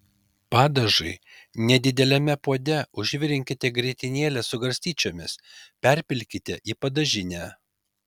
padažui nedideliame puode užvirinkite grietinėlę su garstyčiomis perpilkite į padažinę